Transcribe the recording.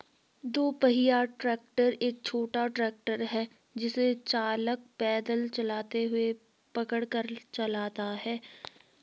दो पहिया ट्रैक्टर एक छोटा ट्रैक्टर है जिसे चालक पैदल चलते हुए पकड़ कर चलाता है